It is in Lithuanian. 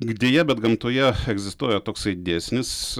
deja bet gamtoje egzistuoja toksai dėsnis